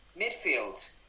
Midfield